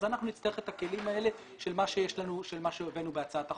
אנחנו נצטרך את הכלים האלה של מה שהבאנו בהצעת החוק,